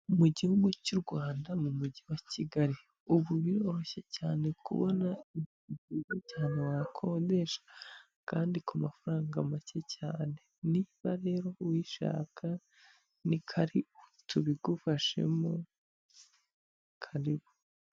Mu gihugu cy'u Rwanda mu mujyi wa Kigali, ubu biroroshye cyane kubona inzu nziza cyane wakodesha kandi ku mafaranga make cyane, niba rero uyishaka ni karibu tubigufashemo karibu.